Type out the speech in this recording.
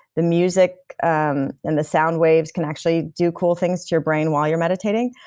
the music um and the sound waves can actually do cool things to your brain while you're meditating.